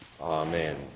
Amen